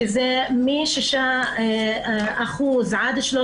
שזה מ-6% עד 13%,